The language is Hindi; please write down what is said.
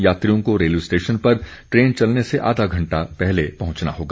यात्रियों को रेलवे स्टेशन पर ट्रेन चलने से आधा घण्टा पहले पहुंचना होगा